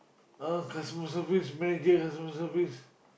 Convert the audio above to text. uh customer service manager customer service